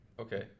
Okay